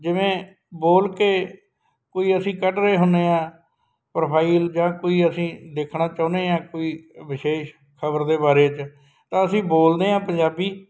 ਜਿਵੇਂ ਬੋਲ ਕੇ ਕੋਈ ਅਸੀਂ ਕੱਢ ਰਹੇ ਹੁੰਦੇ ਹਾਂ ਪ੍ਰੋਫਾਈਲ ਜਾਂ ਕੋਈ ਅਸੀਂ ਦੇਖਣਾ ਚਾਹੁੰਦੇ ਹਾਂ ਕੋਈ ਵਿਸ਼ੇਸ਼ ਖਬਰ ਦੇ ਬਾਰੇ 'ਚ ਤਾਂ ਅਸੀਂ ਬੋਲਦੇ ਹਾਂ ਪੰਜਾਬੀ